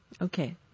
okay